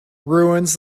ruins